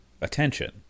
attention